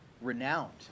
renowned